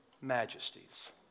majesties